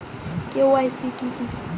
KYC কি?